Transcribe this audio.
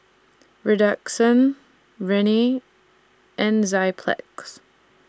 Redoxon Rene and Enzyplex